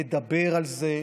לדבר על זה,